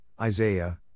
Isaiah